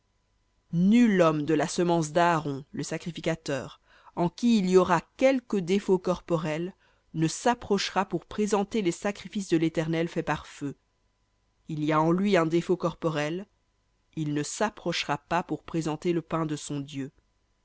nul homme de la semence d'aaron le sacrificateur en qui il y aura quelque défaut corporel ne s'approchera pour présenter les sacrifices de l'éternel faits par feu il y a en lui un défaut corporel il ne s'approchera pas pour présenter le pain de son dieu